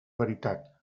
veritat